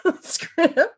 script